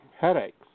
Headaches